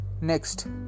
Next